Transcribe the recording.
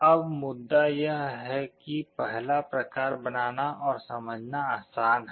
अब मुद्दा यह है कि पहला प्रकार बनाना और समझना आसान है